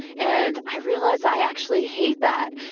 and i realized i actually hate that.